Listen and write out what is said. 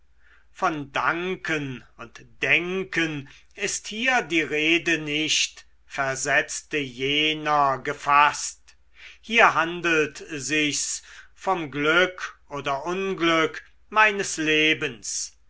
von danken und denken ist hier die rede nicht versetzte jener gefaßt hier handelt sich's vom glück oder unglück meines lebens